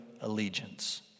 allegiance